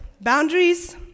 Boundaries